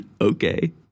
okay